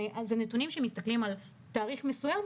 אלה נתונים שמסתכלים על תאריך מסוים,